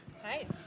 Hi